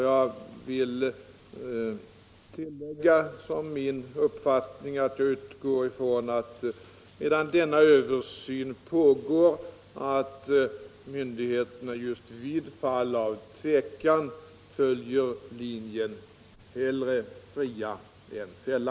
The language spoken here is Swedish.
Jag vill tillägga att jag för min egen del utgår från att myndigheterna, medan denna översyn pågår, i tveksamma fall väljer att hellre fria än fälla.